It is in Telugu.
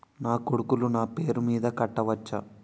నా కొడుకులు నా పేరి మీద కట్ట వచ్చా?